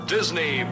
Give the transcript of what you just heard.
disney